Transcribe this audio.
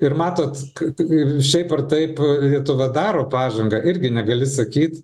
ir matot ir šiaip ar taip lietuva daro pažangą irgi negali sakyt